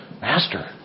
Master